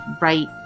right